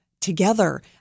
together